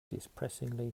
depressingly